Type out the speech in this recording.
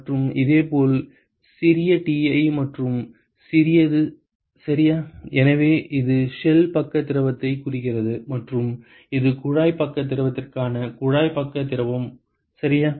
மற்றும் இதேபோல் சிறிய ti மற்றும் சிறியது சரியா எனவே இது ஷெல் பக்க திரவத்தை குறிக்கிறது மற்றும் இது குழாய் பக்க திரவத்திற்கான குழாய் பக்க திரவம் சரியா